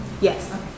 Yes